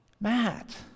Matt